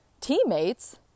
teammates